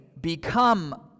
become